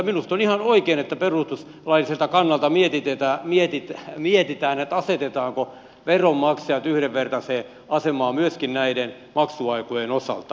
minusta on ihan oikein että perustuslailliselta kannalta mietitään asetetaanko veronmaksajat yhdenvertaiseen asemaan myöskin näiden maksuaikojen osalta